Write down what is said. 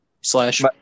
slash